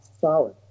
solid